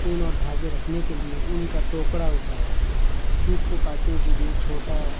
اون اور دھاگے رکھنے کے لیے اون کا ٹوکرا ہوتا ہے سوت کو کاٹنے کے لیے چھوٹا